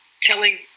telling